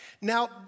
Now